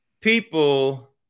people